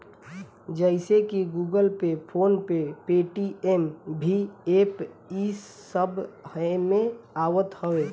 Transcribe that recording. जइसे की Google pay, phone pay, Paytm भीम एप्प इस सब एमे आवत हवे